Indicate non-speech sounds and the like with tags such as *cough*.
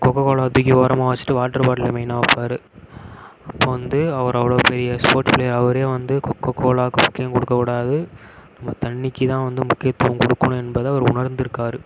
Coca Cola தூக்கி ஓரமாக வச்சுட்டு வாட்டர் பாட்டிலை மெய்னாக வைப்பாரு அப்போ வந்து அவர் அவ்வளோ பெரிய ஸ்போர்ட்ஸ் பிளேயர் அவரே வந்து கொக்கக்கோலா *unintelligible* குடிக்கக் கூடாது நம்ம தண்ணிக்குத்தான் வந்து முக்கியத்துவம் கொடுக்குணும் என்பதை அவர் உணர்ந்துருக்கார்